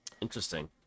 interesting